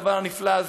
לדבר הנפלא הזה.